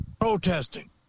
protesting